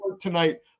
tonight